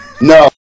No